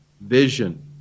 vision